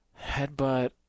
headbutt